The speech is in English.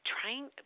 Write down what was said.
trying